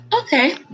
okay